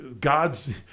gods